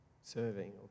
serving